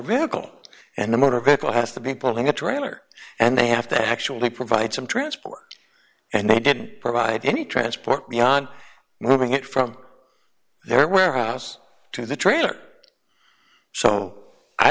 radical and the motor vehicle has to be pulling a trailer and they have to actually provide some transport and they didn't provide any transport beyond moving it from their warehouse to the trailer so i